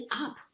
up